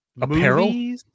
Apparel